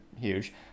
huge